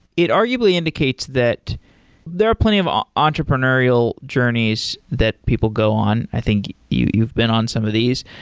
it arguably indicates that there are plenty of ah entrepreneurial journeys that people go on. i think you've been on some of these,